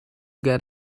get